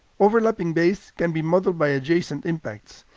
overlapping bays can be modeled by adjacent impacts,